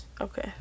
okay